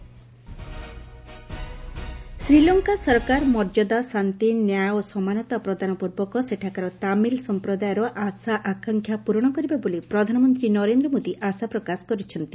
PM Sri Lanka Sri Lanka ସରକାର ମର୍ଯ୍ୟାଦା ଶାନ୍ତି ନ୍ୟାୟ ଓ ସମାନତା ପ୍ରଦାନ ପୂର୍ବକ ସେଠାକାର ତାମିଲ ସଂପ୍ରଦାୟର ଆଶା ଆକାଂକ୍ଷା ପ୍ରରଣ କରିବେ ବୋଲି ପ୍ରଧାନମନ୍ତ୍ରୀ ନରେନ୍ଦ୍ର ମୋଦି ଆଶା ପ୍ରକାଶ କରିଛନ୍ତି